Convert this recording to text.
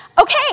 okay